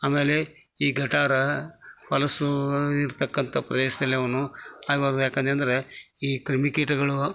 ಆಮೇಲೆ ಈ ಗಟಾರ ಹೊಲಸು ಇರ್ತಕ್ಕಂತಥಾ ಪ್ರದೇಶದಲ್ಲಿ ಅವನು ಯಾಕಂತಂದರೆ ಈ ಕ್ರಿಮಿ ಕೀಟಗಳು